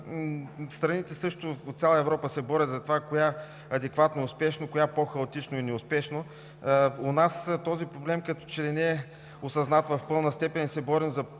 Страните по цяла Европа също се борят за това: коя – адекватно, успешно, коя – по-хаотично и неуспешно. У нас този проблем като че ли не е осъзнат в пълна степен и се борим за